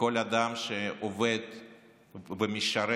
לכל אדם שעובד ומשרת.